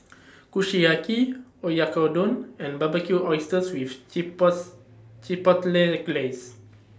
Kushiyaki Oyakodon and Barbecued Oysters with Chipotle Glaze